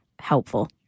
helpful